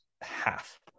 half